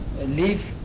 leave